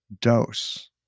dose